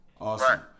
Awesome